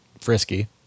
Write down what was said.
frisky